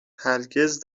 هرگز